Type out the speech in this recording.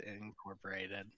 incorporated